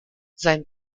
sein